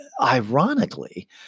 ironically